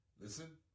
Listen